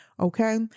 okay